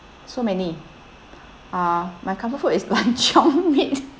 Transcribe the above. so many uh my comfort food is luncheon meat